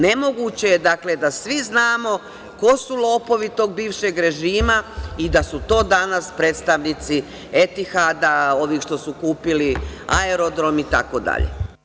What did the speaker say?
Nemoguće je da svi znamo ko su lopovi tog bivšeg režima i da su to danas predstavnici Etihada, ovih što su kupili aerodrom itd.